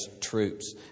troops